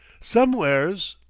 sumwhere's.